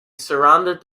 surrounded